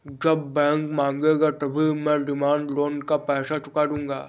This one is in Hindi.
जब बैंक मांगेगा तभी मैं डिमांड लोन का पैसा चुका दूंगा